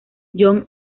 john